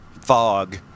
fog